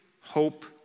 hope